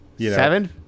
Seven